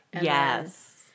Yes